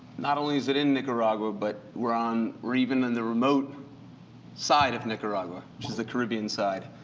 not only is it in nicaragua, but we're on or even in the remote side of nicaragua which is the caribbean side.